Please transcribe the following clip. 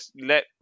let